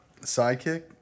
sidekick